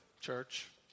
Church